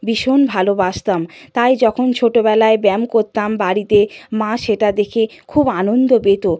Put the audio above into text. ভীষণ ভালোবাসতাম তাই যখন ছোটোবেলায় ব্যায়াম করতাম বাড়িতে মা সেটা দেখে খুব আনন্দ পেত